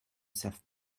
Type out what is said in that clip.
savent